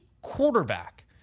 quarterback